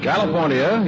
California